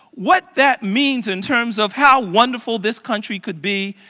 what that means in terms of how wonderful this country could be,